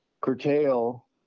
curtail